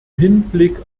hinblick